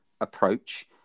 approach